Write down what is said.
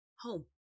home